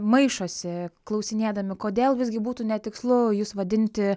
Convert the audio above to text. maišosi klausinėdami kodėl visgi būtų netikslu jus vadinti